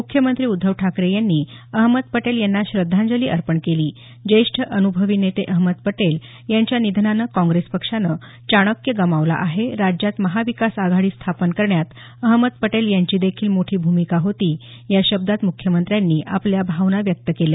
मुख्यमंत्री उद्धव ठाकरे यांनी अहमद पटेल यांना श्रद्धांजली अर्पण केली ज्येष्ठ अन्भवी नेते अहमद पटेल यांच्या निधनानं काँग्रेस पक्षानं चाणक्य गमावला आहे राज्यात महाविकास आघाडी स्थापन करण्यात अहमद पटेल यांची देखील मोठी भूमिका होती या शब्दांत मुख्यमंत्र्यांनी आपल्या भावना व्यक्त केल्या